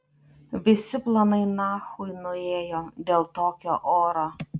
visi planai nachui nuėjo dėl tokio oro